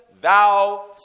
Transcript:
thou